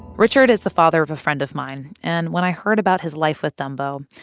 richard is the father of a friend of mine, and when i heard about his life with dumbo,